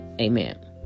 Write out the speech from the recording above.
Amen